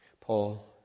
Paul